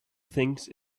thinks